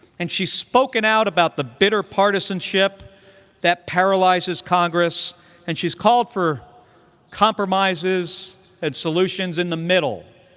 and she's spoken out about the bitter partisanship that paralyzes congress and she's called for compromises and solutions in the middle.